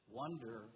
wonder